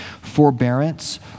forbearance